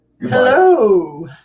Hello